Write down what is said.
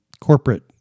corporate